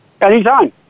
anytime